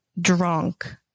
drunk